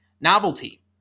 Novelty